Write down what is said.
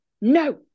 No